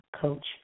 coach